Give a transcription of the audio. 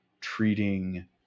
treating